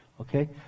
Okay